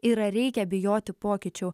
ir ar reikia bijoti pokyčių